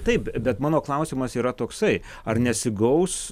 taip bet mano klausimas yra toksai ar nesigaus